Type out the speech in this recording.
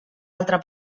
altre